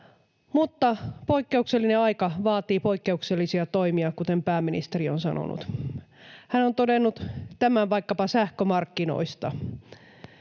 Mutta poikkeuksellinen aika vaatii poikkeuksellisia toimia, kuten pääministeri on sanonut. Hän on todennut tämän vaikkapa sähkömarkkinoista